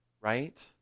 Right